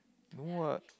no what